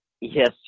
Yes